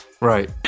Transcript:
Right